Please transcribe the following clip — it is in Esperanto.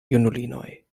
junulinoj